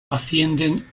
ascienden